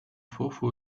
fofo